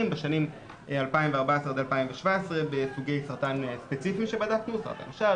בשנים 2014-2017 בסוגי סרטן ספציפיים שבדקנו: סרטן השד,